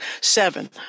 seven